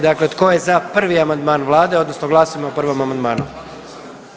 Dakle tko je za prvi amandman Vlade odnosno glasujmo o prvom amandmanu.